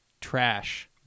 trash